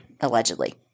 Allegedly